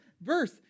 verse